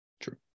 True